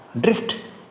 drift